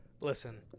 Listen